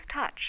touch